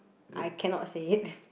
I cannot say it